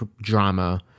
drama